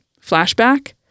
flashback